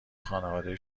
خانواده